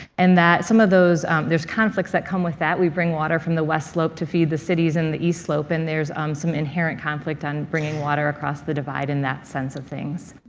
and that some of those there's conflicts that come with that. we bring water from the west slope to feed the cities in the east slope, and there's um some inherent conflict on bringing water across the divide in that sense of things.